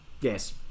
Yes